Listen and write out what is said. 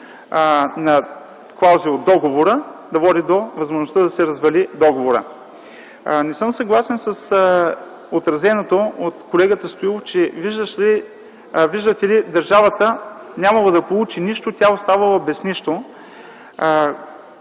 на клаузи от договора – да води до възможността договорът да се развали. Не съм съгласен с казаното от колегата Стоилов, че, виждате ли, държавата нямало да получи нищо, тя оставала без нищо.